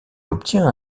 obtient